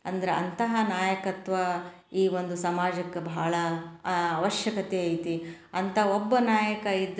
ಅಂದ್ರೆ ಅಂತಹ ನಾಯಕತ್ವ ಈ ಒಂದು ಸಮಾಜಕ್ಕೆ ಭಾಳ ಅವಶ್ಯಕತೆ ಐತಿ ಅಂಥ ಒಬ್ಬ ನಾಯಕ ಇದ್ರೆ